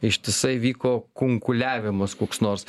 ištisai vyko kunkuliavimas koks nors